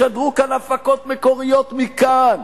ישדרו כאן הפקות מקוריות מכאן,